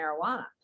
marijuana